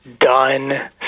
done